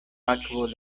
akvo